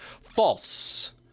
False